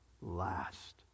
last